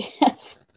Yes